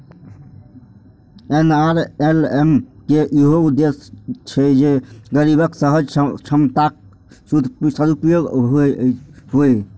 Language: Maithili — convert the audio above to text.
एन.आर.एल.एम के इहो उद्देश्य छै जे गरीबक सहज क्षमताक सदुपयोग हुअय